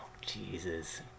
Jesus